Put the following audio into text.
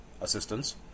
assistance